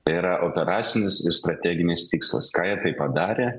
tai yra operacinis ir strateginis tikslas ką jie tai padarė